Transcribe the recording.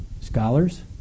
Scholars